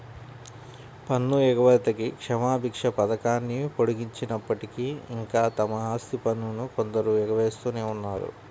పన్ను ఎగవేతకి క్షమాభిక్ష పథకాన్ని పొడిగించినప్పటికీ, ఇంకా తమ ఆస్తి పన్నును కొందరు ఎగవేస్తూనే ఉన్నారు